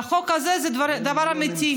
והחוק הזה זה דבר אמיתי.